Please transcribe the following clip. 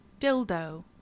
Dildo